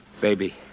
Baby